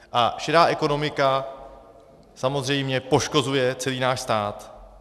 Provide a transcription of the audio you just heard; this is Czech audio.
A šedá ekonomika samozřejmě poškozuje celý náš stát.